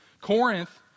Corinth